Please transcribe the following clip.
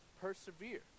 Persevere